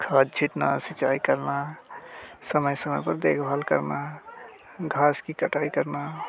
खाद छिटना सिंचाई करना समय समय पर देखभाल करना घाँस की कटाई करना